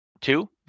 Two